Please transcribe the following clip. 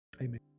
Amen